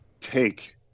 take